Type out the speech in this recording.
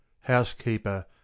housekeeper